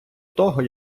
того